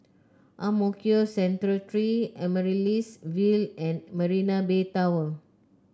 Ang Mo Kio Central Three Amaryllis Ville and Marina Bay Tower